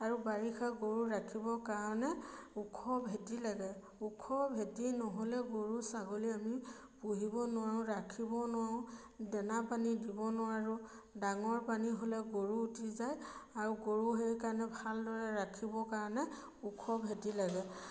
আৰু বাৰিষা গৰু ৰাখিবৰ কাৰণে ওখ ভেটি লাগে ওখ ভেটি নহ'লে গৰু ছাগলী আমি পুহিব নোৱাৰোঁ ৰাখিব নোৱাৰোঁ দানা পানী দিব নোৱাৰোঁ ডাঙৰ পানী হ'লে গৰু উটি যায় আৰু গৰু সেইকাৰণে ভালদৰে ৰাখিবৰ কাৰণে ওখ ভেটি লাগে